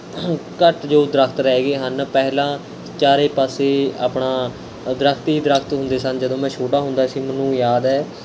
ਘੱਟ ਜੋ ਦਰੱਖਤ ਰਹਿ ਗਏ ਹਨ ਪਹਿਲਾਂ ਚਾਰੇ ਪਾਸੇ ਆਪਣਾ ਦਰੱਖਤ ਹੀ ਦਰੱਖਤ ਹੁੰਦੇ ਸਨ ਜਦੋਂ ਮੈਂ ਛੋਟਾ ਹੁੰਦਾ ਸੀ ਮੈਨੂੰ ਯਾਦ ਹੈ